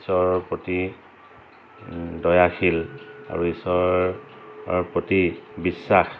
ঈশ্বৰৰ প্ৰতি দয়াশীল আৰু ঈশ্বৰৰ প্ৰতি বিশ্বাস